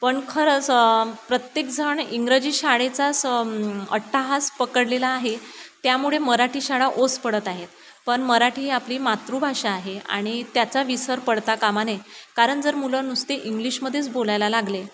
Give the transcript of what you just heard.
पण खरंच प्रत्येकजण इंग्रजी शाळेचाच अट्टाहास पकडलेला आहे त्यामुळे मराठी शाळा ओस पडत आहेत पण मराठी ही आपली मातृभाषा आहे आणि त्याचा विसर पडता कामा नये कारण जर मुलं नुसते इंग्लिशमध्येच बोलायला लागले